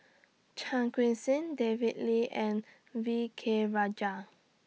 Chan Seng David Lee and V K Rajah